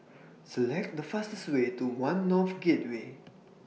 Select The fastest Way to one North Gateway